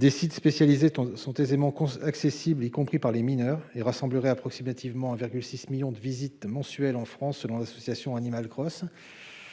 Les sites spécialisés sont aisément accessibles, y compris par les mineurs, et recevraient environ 1,6 million de visites chaque mois en France selon l'association Animal Cross.